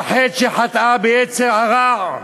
על חטא שחטאה ביצר הרע,